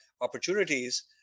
opportunities